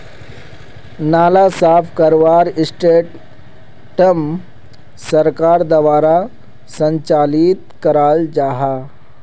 नाला साफ करवार सिस्टम सरकार द्वारा संचालित कराल जहा?